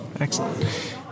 Excellent